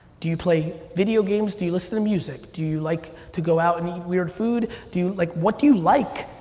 do you play video games? do you listen to music? do you like to go out and eat weird food? like what do you like?